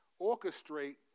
orchestrate